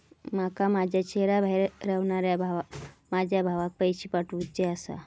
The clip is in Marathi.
माका माझ्या शहराबाहेर रव्हनाऱ्या माझ्या भावाक पैसे पाठवुचे आसा